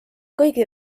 kõigi